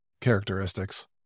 characteristics